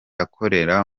akorera